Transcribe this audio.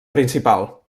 principal